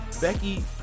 becky